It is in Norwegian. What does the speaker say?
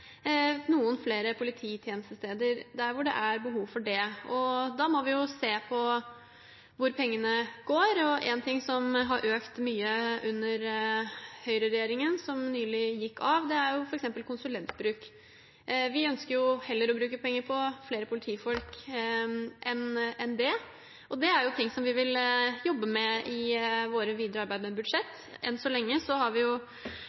noen flere polititjenestesteder der hvor det er behov for det. Da må vi se på hvor pengene går, og en ting som har økt mye under høyreregjeringen – som nylig gikk av – er f.eks. konsulentbruk. Vi ønsker heller å bruke penger på flere politifolk enn på det. Det er ting som vi vil jobbe med i vårt videre arbeid med budsjett. Enn så lenge har vi